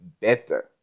better